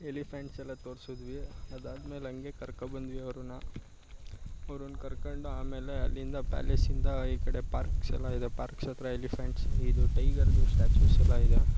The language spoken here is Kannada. ಎಲಿಫೆಂಟ್ಸ್ ಎಲ್ಲ ತೋರಿಸಿದ್ವಿ ಅದಾದಮೇಲೆ ಹಂಗೆ ಕರ್ಕೊ ಬಂದ್ವಿ ಅವ್ರನ್ನು ಅವ್ರನ್ನು ಕರ್ಕೊಂಡು ಆಮೇಲೆ ಅಲ್ಲಿಂದ ಪ್ಯಾಲೇಸಿಂದ ಈ ಕಡೆ ಪಾರ್ಕ್ಸ್ ಎಲ್ಲ ಇದೆ ಪಾರ್ಕ್ಸ್ ಹತ್ರ ಎಲಿಫೆಂಟ್ಸ್ ಇದು ಟೈಗರ್ದು ಸ್ಟಾಚ್ಯೂಸೆಲ್ಲ ಇದೆ